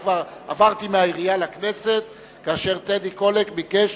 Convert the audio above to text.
עברתי מהעירייה לכנסת כאשר טדי קולק ביקש